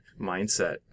mindset